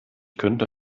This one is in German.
könnte